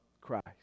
Christ